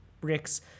bricks